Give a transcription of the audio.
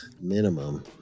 minimum